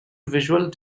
visual